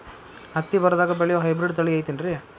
ಹತ್ತಿ ಬರದಾಗ ಬೆಳೆಯೋ ಹೈಬ್ರಿಡ್ ತಳಿ ಐತಿ ಏನ್ರಿ?